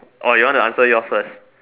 or you want to answer yours first